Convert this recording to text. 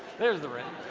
there's the ring